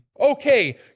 Okay